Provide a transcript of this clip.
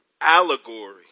allegory